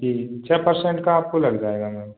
ठीक छः परसेंट का आपको लग जाएगा मैम